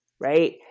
right